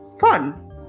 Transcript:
fun